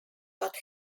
but